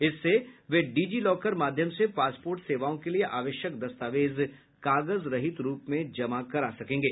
इससे वे DigiLocker माध्यम से पासपोर्ट सेवाओं के लिए आवश्यक दस्तावेज कागज रहित रूप में जमा करा सकेंगे